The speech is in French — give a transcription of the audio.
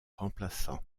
remplaçant